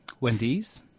Wendy's